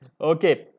Okay